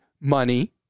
money